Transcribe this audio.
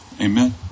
Amen